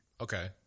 Okay